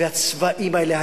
והצבעים האלה,